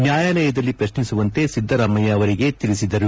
ನ್ನಾಯಾಲಯದಲ್ಲಿ ಪ್ರತ್ನಿಸುವಂತೆ ಸಿದ್ದರಾಮಯ್ನ ಅವರಿಗೆ ತಿಳಿಸಿದರು